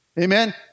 Amen